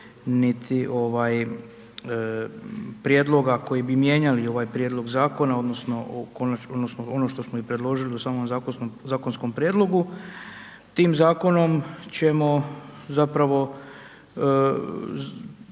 niti prijedloga koji bi mijenjali ovaj prijedlog zakona, odnosno ono što smo i predložili u samom zakonskom prijedlogu. Tim zakonom ćemo zapravo